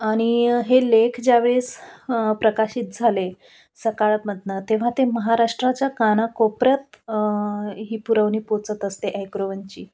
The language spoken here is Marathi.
आणि हे लेख ज्यावेळेस प्रकाशित झाले सकाळमधून तेव्हा ते महाराष्ट्राच्या कानाकोपऱ्यात ही पुरवणी पोचत असते ॲग्रोवनची